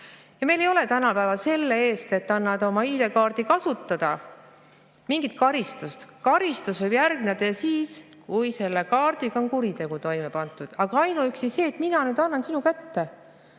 Ja meil ei ole tänapäeval selle eest, et annad oma ID‑kaardi kasutada, mingit karistust. Karistus võib järgneda siis, kui selle kaardiga on kuritegu toime pandud. Aga ainuüksi see, et mina annan oma